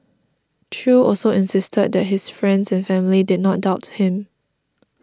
Chew also insisted that his friends and family did not doubt him